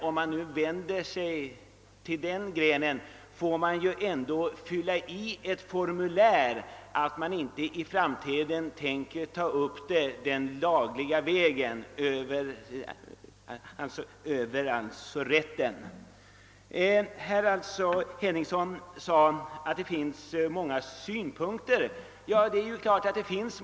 Om man vänder sig till Pressens opinionsnämnd får man underteckna en försäkran, att man inte tänker ta upp ärendet i domstol. Herr Henningsson sade att det finns många synpunkter på frågan.